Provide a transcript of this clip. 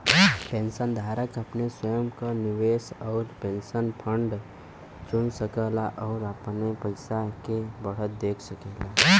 पेंशनधारक अपने स्वयं क निवेश आउर पेंशन फंड चुन सकला आउर अपने पइसा के बढ़त देख सकेला